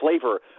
flavor